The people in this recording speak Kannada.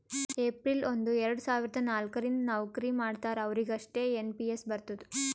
ಏಪ್ರಿಲ್ ಒಂದು ಎರಡ ಸಾವಿರದ ನಾಲ್ಕ ರಿಂದ್ ನವ್ಕರಿ ಮಾಡ್ತಾರ ಅವ್ರಿಗ್ ಅಷ್ಟೇ ಎನ್ ಪಿ ಎಸ್ ಬರ್ತುದ್